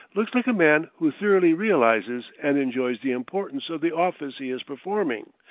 looks like a man who thoroughly realizes and enjoys the importance of the office he is performing,